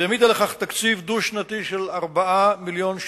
והעמידה לכך תקציב דו-שנתי של 4 מיליוני שקל.